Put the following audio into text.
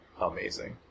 amazing